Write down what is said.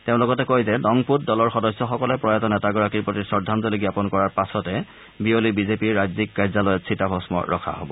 তেওঁ লগতে কয় যে নংপুত দলৰ সদস্যসকলে প্ৰয়াত নেতাগৰাকীৰ প্ৰতি শ্ৰদ্ধাঞ্জলি জ্ঞাপন কৰাৰ পাছতে বিয়লি বিজেপিৰ ৰাজ্যিক কাৰ্যালয়ত চিতাভস্ম ৰখা হব